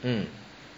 mm